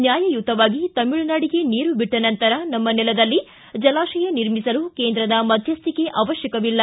ನ್ಯಾಯಯುತವಾಗಿ ತಮಿಳುನಾಡಿಗೆ ನೀರು ಬಿಟ್ಟ ನಂತರ ನಮ್ಮ ನೆಲದಲ್ಲಿ ಜಲಾಶಯ ನಿರ್ಮಿಸಲು ಕೇಂದ್ರದ ಮಧ್ಯಸ್ಥಿಕೆ ಅವಶ್ಯವಿಲ್ಲ